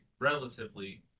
relatively